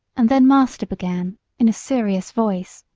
and then master began in a serious voice.